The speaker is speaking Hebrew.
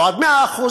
בעוד 100%,